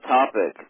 topic